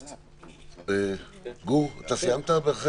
גור, אתה סיימת?